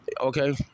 okay